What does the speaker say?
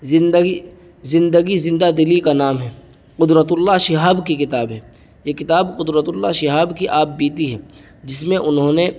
زندگی زندگی زندہ دلی کا نام ہے قدرت اللہ شہاب کی کتاب ہے یہ کتاب قدرت اللہ شہاب کی آپ بیتی ہے جس میں انہوں نے